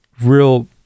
real